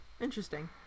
Interesting